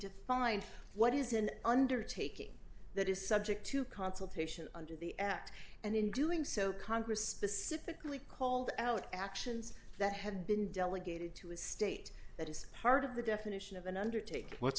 defined what is an undertaking that is subject to consultation under the act and in doing so congress specifically called out actions that have been delegated to a state that is part of the definition of an undertaking let's